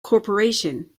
corporation